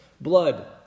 blood